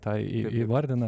tą įvardina